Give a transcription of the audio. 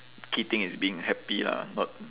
key thing is being happy lah not